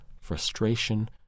frustration